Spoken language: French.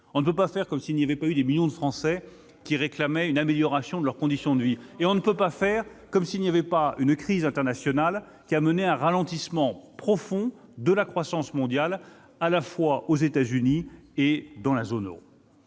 On ne peut pas faire comme si des millions de Français n'avaient pas réclamé une amélioration de leurs conditions de vie. Et on ne peut pas faire comme si n'existait pas la crise internationale qui a mené à un ralentissement profond de la croissance mondiale, aux États-Unis comme dans la zone euro